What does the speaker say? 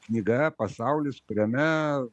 knyga pasaulis kuriame